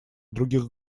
других